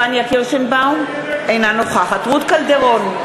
אינה נוכחת רות קלדרון,